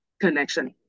connection